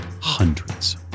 hundreds